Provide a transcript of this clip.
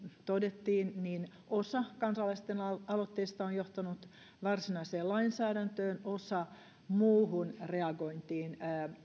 todettiin niin osa kansalaisten aloitteista on johtanut varsinaiseen lainsäädäntöön osa muuhun reagointiin